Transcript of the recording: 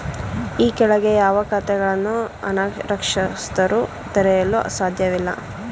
ಈ ಕೆಳಗಿನ ಯಾವ ಖಾತೆಗಳನ್ನು ಅನಕ್ಷರಸ್ಥರು ತೆರೆಯಲು ಸಾಧ್ಯವಿಲ್ಲ?